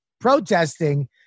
protesting